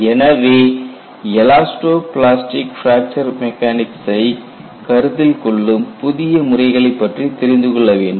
எனவே elasto plastic fracture மெக்கானிக்சை கருத்தில் கொள்ளும் புதிய முறைகளைப் பற்றி தெரிந்து கொள்ள வேண்டும்